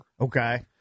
okay